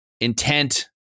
intent